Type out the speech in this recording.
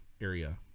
area